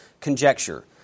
conjecture